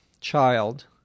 child